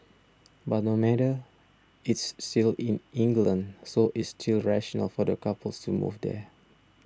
but no matter it's still in England so it's still rational for the couples to move there